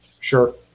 Sure